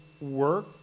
work